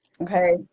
okay